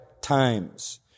times